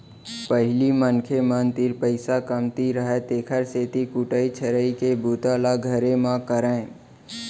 पहिली मनखे मन तीर पइसा कमती रहय तेकर सेती कुटई छरई के बूता ल घरे म करयँ